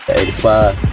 Eighty-five